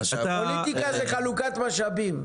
פוליטיקה זה חלוקת משאבים.